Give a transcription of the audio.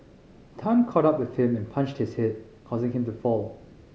Tan caught up with him and punched his head causing him to fall